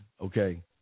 okay